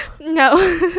No